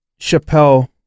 Chappelle